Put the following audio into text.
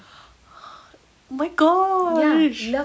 my gosh